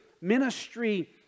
ministry